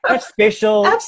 special